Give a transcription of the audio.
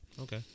Okay